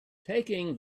taking